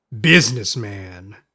Businessman